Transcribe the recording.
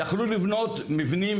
יכלו לבנות מבנים,